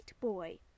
Boy